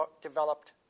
developed